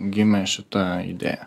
gimė šita idėja